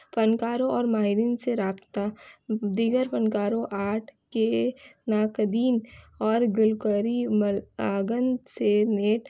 فنکاروں اور ماہرین سے رابطہ دیگر فنکاروں آرٹ کے ناقدین اور گلوکاری مراگن سے نیٹ